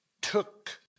took